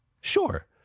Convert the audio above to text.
Sure